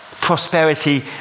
prosperity